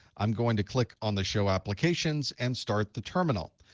i'm going to click on the show applications and start the terminal.